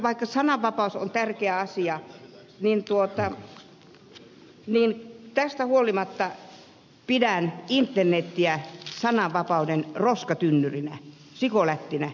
vaikka sananvapaus on tärkeä asia niin tästä huolimatta pidän internetiä sananvapauden roskatynnyrinä sikolättinä